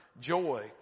joy